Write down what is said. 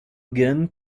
again